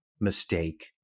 mistake